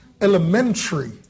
elementary